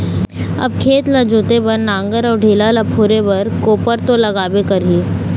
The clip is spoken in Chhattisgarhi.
अब खेत ल जोते बर नांगर अउ ढेला ल फोरे बर कोपर तो लागबे करही